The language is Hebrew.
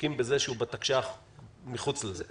מסתפקים בזה שהוא בתקש"ח מחוץ לזה?